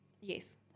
Yes